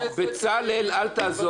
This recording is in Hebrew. אני מבקש, בצלאל, אל תעזור לי.